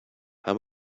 how